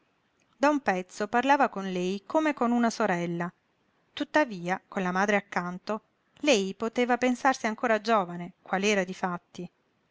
da un pezzo parlava con lei come con una sorella tuttavia con la madre accanto lei poteva pensarsi ancora giovane qual'era difatti